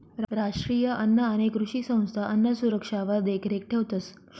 राष्ट्रीय अन्न आणि कृषी संस्था अन्नसुरक्षावर देखरेख ठेवतंस